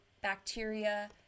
bacteria